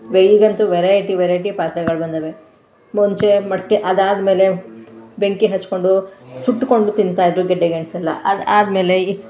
Y ಗಂತು variety variety ಪಾತ್ರೆಗಳು ಬಂದಿವೆ ಮುಂಚೆ ಮಡಿಕೆ ಅದಾದ್ಮೇಲೆ ಬೆಂಕಿ ಹಚ್ಚಿಕೊಂಡು ಸುಟ್ಟುಕೊಂಡು ತಿಂತಾಯಿದ್ದರು ಗೆಡ್ಡೆ ಗೆಣಸೆಲ್ಲ ಅದು ಆದಮೇಲೆ ಇ